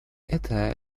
это